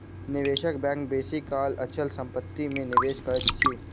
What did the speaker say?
निवेशक बैंक बेसी काल अचल संपत्ति में निवेश करैत अछि